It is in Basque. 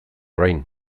orain